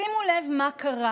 שימו לב מה קרה